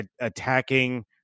attacking